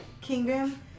kingdom